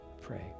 Pray